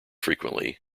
frequently